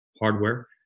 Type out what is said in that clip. hardware